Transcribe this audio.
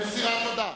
מסירה, תודה.